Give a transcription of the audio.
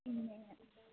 പിന്നെ